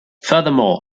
furthermore